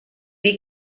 dir